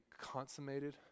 consummated